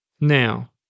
Now